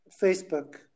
Facebook